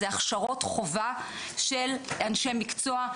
זה הכשרות חובה של אנשי מקצוע,